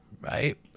Right